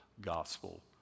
gospel